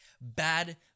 Bad